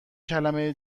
کلمه